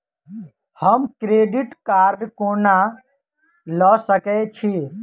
हम credit card कोना लऽ सकै छी?